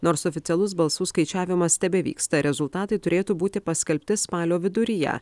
nors oficialus balsų skaičiavimas tebevyksta rezultatai turėtų būti paskelbti spalio viduryje